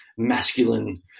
masculine